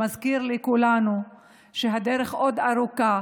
שמזכיר לכולנו שהדרך עוד ארוכה,